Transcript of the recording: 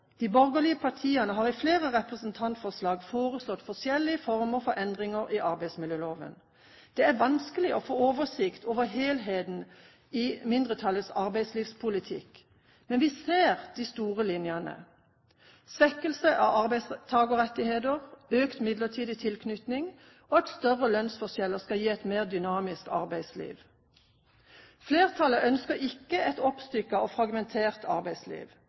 De borgerlige partiene har i flere representantforslag foreslått forskjellige former for endringer i arbeidsmiljøloven. Det er vanskelig å få oversikt over helheten i mindretallets arbeidslivspolitikk. Men vi ser de store linjene: svekkelser av arbeidstakerrettigheter, økt midlertidig tilknytning og at større lønnsforskjeller skal gi et mer dynamisk arbeidsliv. Flertallet ønsker ikke et oppstykket og fragmentert arbeidsliv.